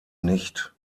nicht